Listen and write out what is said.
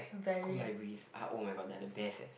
school libraries are oh-my-god they are the best leh